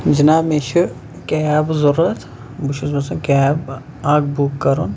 جناب مےٚ چھِ کیب ضوٚرتھ بہٕ چھُس یَژھان کیب اکھ بُک کَرُن